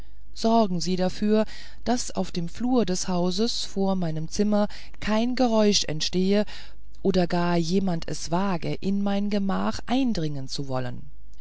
sorgen sie dafür daß auf dem flur des hauses vor meinem zimmer kein geräusch entstehe oder gar jemand es wage in mein gemach eindringen zu wollen